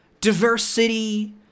Diversity